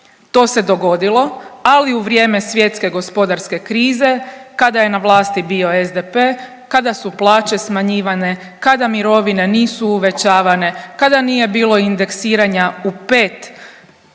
To se dogodilo, ali u vrijeme svjetske gospodarske krize kada je na vlasti bio SDP, kada su plaće smanjivane, kada mirovine nisu uvećavane, kada nije bilo indeksiranja u 5, 5